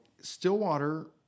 Stillwater